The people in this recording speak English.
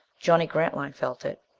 johnny grantline felt it.